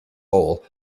hole